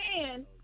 man